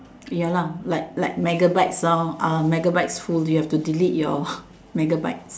ya lah like like Megabytes lor uh Megabytes fully you have to delete your Megabytes